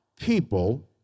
people